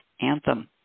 Anthem